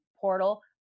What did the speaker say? portal